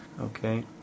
okay